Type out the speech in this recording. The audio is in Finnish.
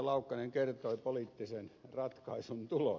laukkanen kertoi poliittisen ratkaisun tulos